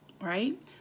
Right